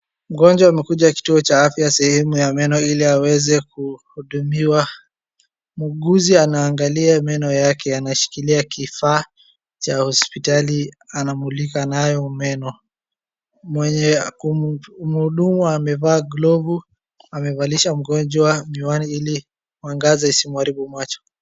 Mgonjwa amekuja kituo cha afya sehemu ya meno ili aweze kuhudumiwa. Muuguzi anaangalia meno yake. Anashikilia kifaa cha hospitali anamulika nayo meno. Mwenye kumhudumu amevaa glovu, amevalisha mgonjwa miwani ili mwangaza isimharibu macho.